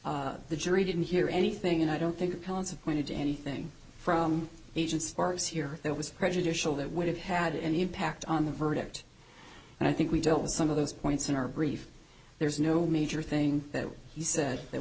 the jury didn't hear anything and i don't think consequent to anything from agents or is here that was prejudicial that would have had any impact on the verdict and i think we dealt with some of those points in our brief there's no major thing that he said that